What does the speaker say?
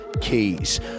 Keys